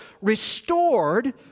restored